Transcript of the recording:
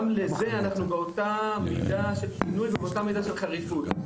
גם לזה אנחנו באותה מידה של גינוי ובאותה מידה של חריפות.